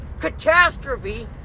Catastrophe